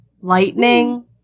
Lightning